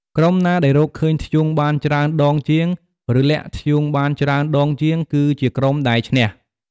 ក្រុមណាដែលរកឃើញធ្យូងបានច្រើនដងជាង ឬលាក់ធ្យូងបានច្រើនដងជាង គឺជាក្រុមដែល ឈ្នះ។